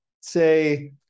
say